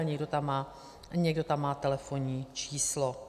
Někdo tam má email, někdo tam má telefonní číslo.